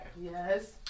Yes